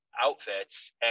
outfits